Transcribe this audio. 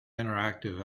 interactive